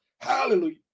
Hallelujah